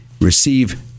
receive